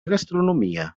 gastronomia